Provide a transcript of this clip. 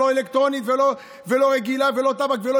לא אלקטרונית ולא רגילה ולא טבק ולא